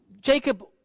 Jacob